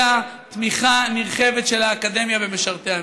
אלא תמיכה נרחבת של האקדמיה במשרתי המילואים.